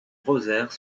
rosaire